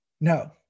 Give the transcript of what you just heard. No